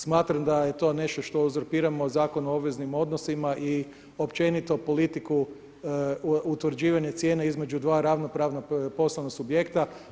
Smatram da je to nešto što uzurpiramo Zakon o obveznim odnosima i općenito politiku utvrđivanje cijena između dva ravnopravna poslovna subjekta.